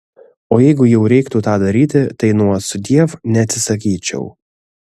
o jeigu jau reiktų tą daryti tai nuo sudiev neatsisakyčiau